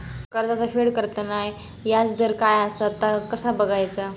कर्जाचा फेड करताना याजदर काय असा ता कसा बगायचा?